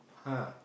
!huh!